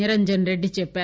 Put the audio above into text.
నిరంజన్ రెడ్డి చెప్పారు